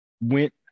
went